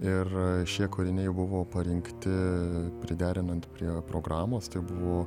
ir šie kūriniai buvo parinkti priderinant prie programos tai buvo